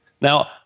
Now